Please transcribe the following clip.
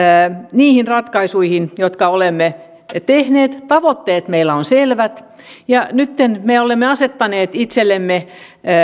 niihin ratkaisuihin jotka olemme tehneet tavoitteet meillä ovat selvät ja nytten me olemme asettaneet itsellemme